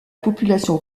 population